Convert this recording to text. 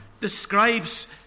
describes